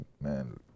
man